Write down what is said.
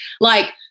Like-